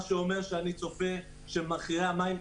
אני צופה שזה יגרום לעלייה נוספת במחירי המים.